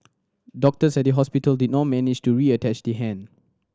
doctors at the hospital did not manage to reattach the hand